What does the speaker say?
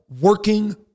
working